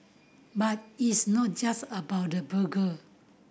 but it's not just about the burger